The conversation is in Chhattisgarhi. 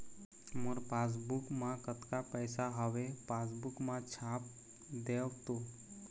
मोर पासबुक मा कतका पैसा हवे पासबुक मा छाप देव तो?